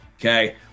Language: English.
Okay